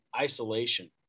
isolation